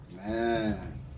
Man